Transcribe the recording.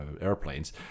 airplanes